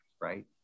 right